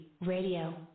radio